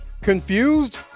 Confused